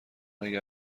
اگه